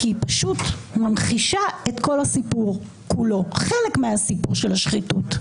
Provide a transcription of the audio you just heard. כי היא ממחישה חלק מהסיפור של השחיתות.